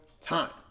time